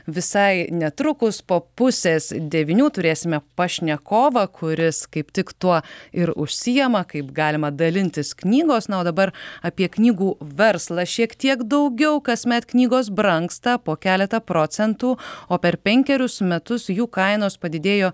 visai netrukus po pusės devynių turėsime pašnekovą kuris kaip tik tuo ir užsiėma kaip galima dalintis knygos na o dabar apie knygų verslą šiek tiek daugiau kasmet knygos brangsta po keletą procentų o per penkerius metus jų kainos padidėjo